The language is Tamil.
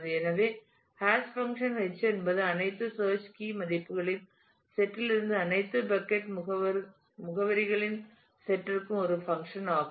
எனவே ஹாஷ் பங்க்ஷன் h என்பது அனைத்து சேர்ச் கீ மதிப்புகளின் செட்லிருந்து அனைத்து பக்கட் முகவரிகளின் செட்ற்கும் ஒரு பங்க்ஷன் ஆகும்